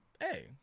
hey